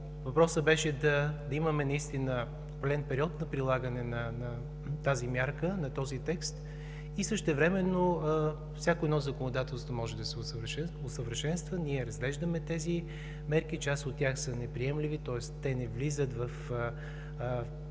въпросът беше да имаме наистина пълен период на прилагане на тази мярка, на този текст и същевременно всяко едно законодателство може да се усъвършенства. Ние разглеждаме тези мерки, част от тях са неприемливи, тоест те не влизат в философията